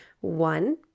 One